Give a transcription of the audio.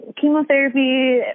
chemotherapy